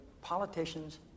politicians